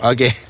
Okay